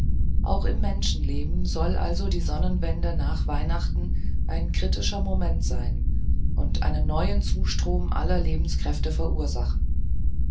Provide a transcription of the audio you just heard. auch im menschenleben soll also die sonnenwende nach weihnachten ein kritischer moment sein und einen neuen zustrom aller lebenskräfte verursachen